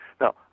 Now